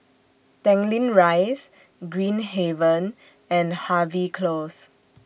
Tanglin Rise Green Haven and Harvey Close